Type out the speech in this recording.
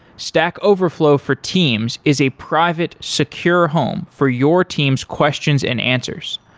stack overflow for teams is a private secure home for your team's questions and answers.